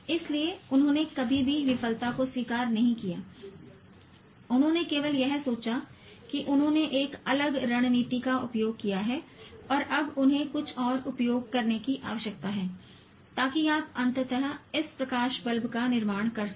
इसलिए उन्होंने कभी भी विफलता को स्वीकार नहीं किया उन्होंने केवल यह सोचा कि उन्होंने एक अलग रणनीति का उपयोग किया है और अब उन्हें कुछ और उपयोग करने की आवश्यकता है ताकि आप अंततः इस प्रकाश बल्ब का निर्माण कर सकें